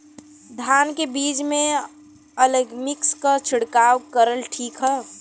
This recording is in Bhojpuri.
धान के बिज में अलमिक्स क छिड़काव करल ठीक ह?